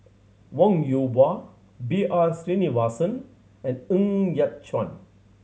Wong Yoon Wah B R Sreenivasan and Ng Yat Chuan